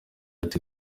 ati